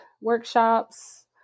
workshops